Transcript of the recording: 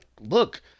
look